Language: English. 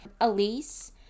Elise